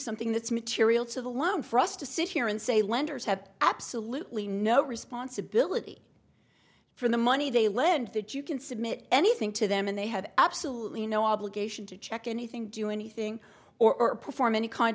something that's material to the loan for us to sit here and say lenders have absolutely no responsibility from the money they lend that you can submit anything to them and they have absolutely no obligation to check anything do anything or perform any kind